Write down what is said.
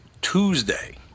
Tuesday